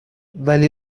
ولی